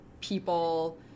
people